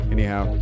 Anyhow